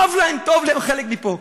טוב להם להיות חלק מפה.